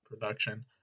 production